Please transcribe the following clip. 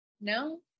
no